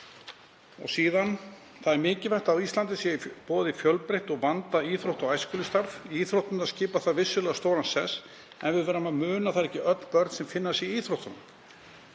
Og síðan: „Það er mikilvægt að á Íslandi sé í boði fjölbreytt og vandað íþrótta- og æskulýðsstarf. Íþróttirnar skipa þar vissulega stóran sess, en við verðum að muna að það eru ekki öll börn sem finna sig í íþróttunum.